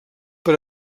per